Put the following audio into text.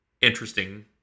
interesting